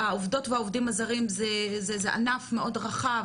העובדות והעובדים הזרים זה ענף מאוד רחב,